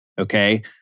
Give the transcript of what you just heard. Okay